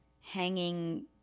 hanging